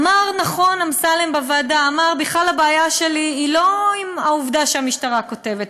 אמר נכון אמסלם בוועדה: בכלל הבעיה שלי היא לא עם העובדה שהמשטרה כותבת,